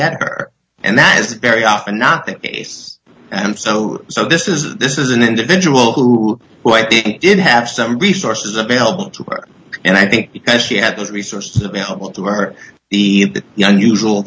get her and that is very often not the case and so so this is this is an individual who did have some resources available to her and i think because she had those resources available to her the usual